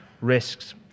risks